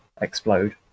explode